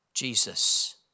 Jesus